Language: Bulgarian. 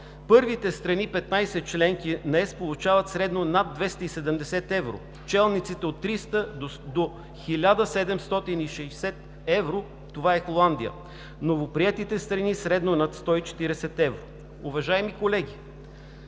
Първите страни –15 членки, днес получават средно над 270 евро, челниците от 300 до 1760 евро – това е Холандия, новоприетите страни средно над 140 евро. Уважаеми колеги,